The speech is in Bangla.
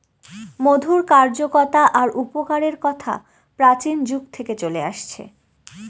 মধুর কার্যকতা আর উপকারের কথা প্রাচীন যুগ থেকে চলে আসছে